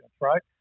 right